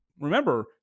remember